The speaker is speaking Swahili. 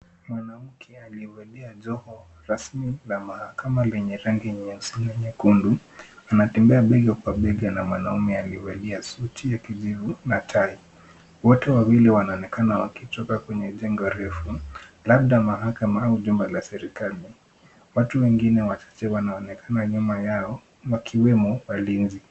Mwanamke anayevalia joho rasmi la mahakama lenye rangi nyeusi na nyekundu, anatembea bega kwa bega na mwanaume aliyevalia suti ya kijivu na tai. Wote wawili wanaonekana wakitoka kwenye jengo refu, labda mahakama ama jengo la serikali. Watu wengine wachache wanaonekana nyuma yao wakiwemo walinzi.